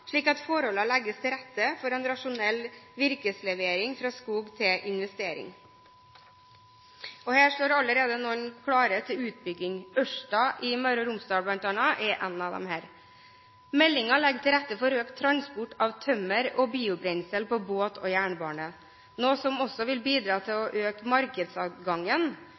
slik at forholdene legges til rette for en rasjonell virkeslevering fra skog til investering. Her står noen allerede klare til utbygging. Ørsta i Møre og Romsdal er blant dem. Meldingen legger til rette for økt transport av tømmer og biobrensel på båt og jernbane, noe som også vil bidra til å øke markedsadgangen.